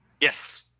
Yes